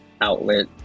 outlet